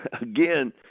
Again